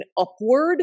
upward